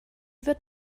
wird